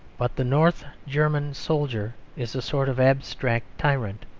but the north german soldier is a sort of abstract tyrant,